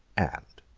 and,